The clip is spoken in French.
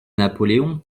napoléon